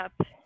up